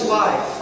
life